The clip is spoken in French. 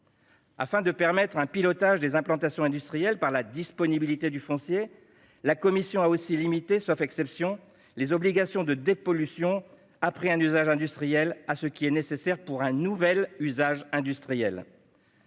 Afin de permettre un pilotage des implantations industrielles sur le foncier disponible, la commission a aussi limité, sauf exception, les obligations de dépollution après un usage industriel à ce qui est nécessaire pour un nouvel usage industriel.